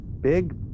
big